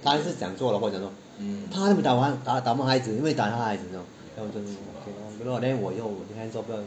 她是讲说我老婆讲说他没有我我们孩子你不可以打他孩子 then 我在那边 okay lor then 我用我的 hands lor